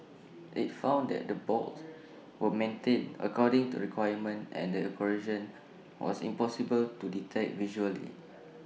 IT found that the bolts were maintained according to requirements and the corrosion was impossible to detect visually